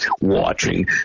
watching